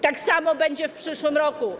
Tak samo będzie w przyszłym roku.